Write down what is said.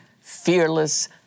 fearless